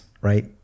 Right